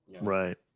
right